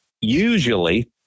usually